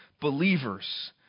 believers